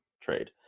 trade